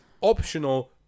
optional